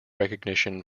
recognition